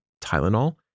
Tylenol